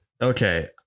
Okay